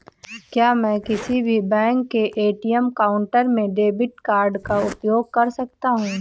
क्या मैं किसी भी बैंक के ए.टी.एम काउंटर में डेबिट कार्ड का उपयोग कर सकता हूं?